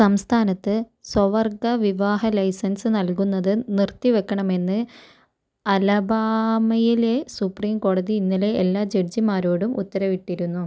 സംസ്ഥാനത്ത് സ്വവർഗ വിവാഹ ലൈസൻസ് നൾകുന്നത് നിർത്തിവെക്കണമെന്ന് അലബാമയിലെ സുപ്രീം കോടതി ഇന്നലെ എല്ലാ ജഡ്ജിമാരോടും ഉത്തരവിട്ടിരുന്നു